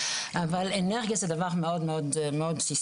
אבל אנרגיה זה דבר מאוד מאוד בסיסי.